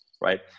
right